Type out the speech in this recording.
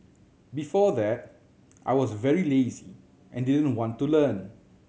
before that I was very lazy and didn't want to learn